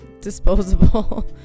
disposable